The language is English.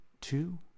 two